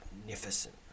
magnificent